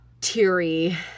teary